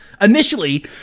Initially